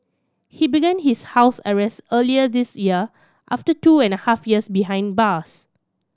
he began his house arrest earlier this year after two and a half years behind bars